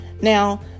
now